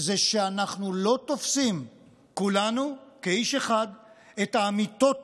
היא שאנחנו לא תופסים כולנו כאיש אחד את האמיתות